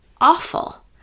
awful